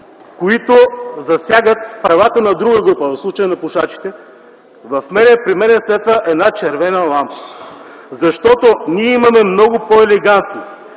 които засягат правата на друга група – в случая на пушачите, при мен светва една червена лампа, защото ние имаме много по-елегантни,